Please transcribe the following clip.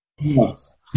Yes